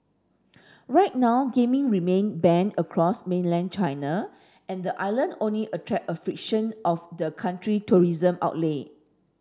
right now gaming remain banned across mainland China and the island only attract a fraction of the country tourism outlay